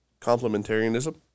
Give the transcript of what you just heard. complementarianism